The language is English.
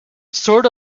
sort